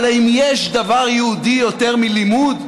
אבל האם יש דבר יהודי יותר מלימוד?